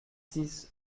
six